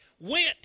went